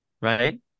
right